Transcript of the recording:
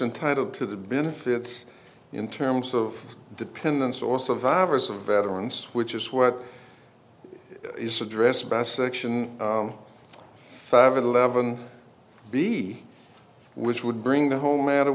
entitle to the benefits in terms of dependents or survivors of veterans which is what is addressed by section five hundred eleven b which would bring the whole matter